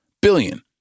Billion